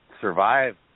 survive